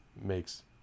makes